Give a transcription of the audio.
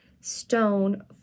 stone